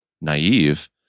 naive